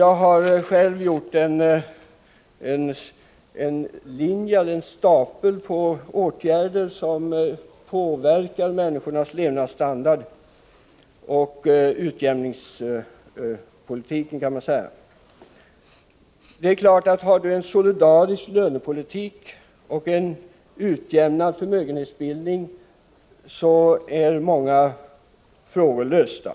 Jag har själv gjort en lista på åtgärder som påverkar människors levnadsstandard. Om vi har en solidarisk lönepolitik och en utjämnad förmögenhetsbildning, då är många frågor lösta.